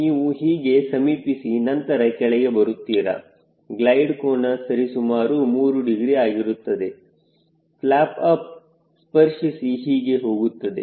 ನೀವು ಹೀಗೆ ಸಮೀಪಿಸಿ ನಂತರ ಕೆಳಗೆ ಬರುತ್ತೀರಾ ಗ್ಲೈಡ್ ಕೋನ ಸರಿ ಸುಮಾರು 3 ಡಿಗ್ರಿ ಆಗಿರುತ್ತದೆ ಫ್ಲ್ಯಾರ್ ಆಪ್ ಸ್ಪರ್ಶಿಸಿ ಹೀಗೆ ಹೋಗುತ್ತದೆ